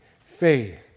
faith